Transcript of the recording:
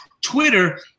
Twitter